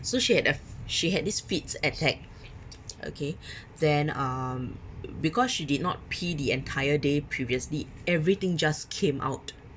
so she had a she had this fit attack okay then um because she did not pee the entire day previously everything just came out